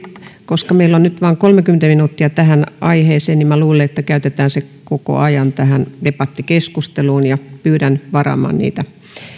koska meillä on nyt vain kolmekymmentä minuuttia tähän aiheeseen niin minä luulen että käytetään se koko aika tähän debattikeskusteluun pyydän varaamaan